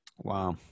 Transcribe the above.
Wow